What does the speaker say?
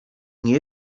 nie